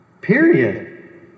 Period